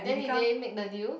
then did they make the deal